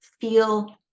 feel